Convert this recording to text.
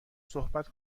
صحبت